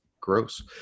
Gross